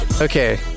Okay